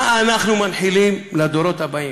מה אנחנו מנחילים לדורות הבאים?